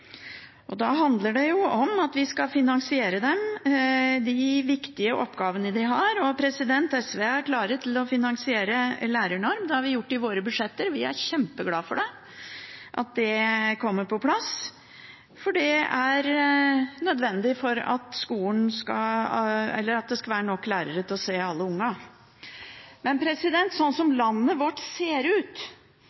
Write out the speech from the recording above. tunge. Da handler det om at vi skal finansiere de viktige oppgavene de har, og vi i SV er klare til å finansiere en lærenorm – det har vi gjort i våre budsjetter. Vi er kjempeglad for at dette kommer på plass, for det er nødvendig for at det skal være nok lærere til å se alle ungene. Men sånn som